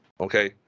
Okay